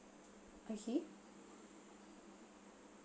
okay